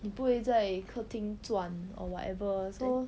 你不会再客厅转 or whatever so